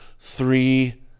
Three